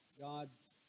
God's